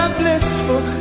blissful